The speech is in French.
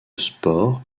sports